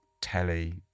telly